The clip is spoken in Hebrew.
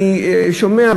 אני שומע,